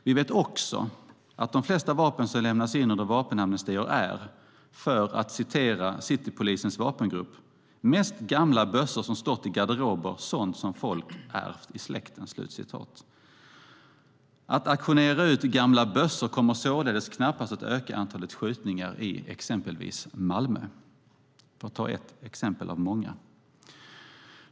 Vi vet också att de flesta vapen som lämnas in under vapenamnestier är, för att citera Citypolisens vapengrupp, "mest gamla bössor som stått i garderober, sånt som folk ärvt i släkten". Att auktionera ut gamla bössor kommer således knappast att öka antalet skjutningar i exempelvis Malmö - ett exempel av många.